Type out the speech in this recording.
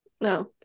no